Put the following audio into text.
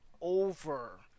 over